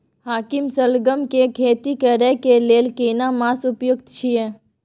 हाकीम सलगम के खेती करय के लेल केना मास उपयुक्त छियै?